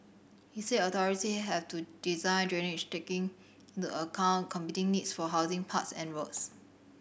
he said authority have to design drainage taking into account competing needs for housing parks and roads